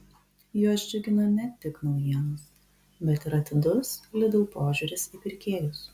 juos džiugina ne tik naujienos bet ir atidus lidl požiūris į pirkėjus